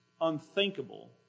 unthinkable